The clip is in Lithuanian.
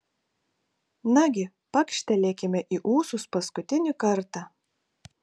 nagi pakštelėkime į ūsus paskutinį kartą